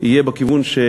יהיה של ירידה,